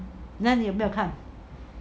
那你有没有看